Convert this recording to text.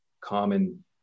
common